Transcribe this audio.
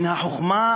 מן החוכמה,